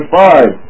five